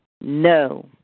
No